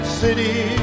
city